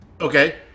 okay